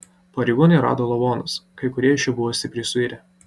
pareigūnai rado lavonus kai kurie iš jų buvo stipriai suirę